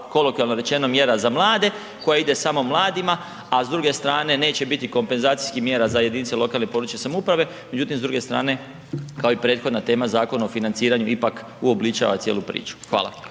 kolokvijalno rečeno, mjera za mlade koja ide samo mladima, a s druge strane neće biti kompenzacijskih mjera za jedinice lokalne i područne samouprave, međutim s druge strane kao i prethodna tema Zakon o financiranju ipak uobličava cijelu priču. Hvala.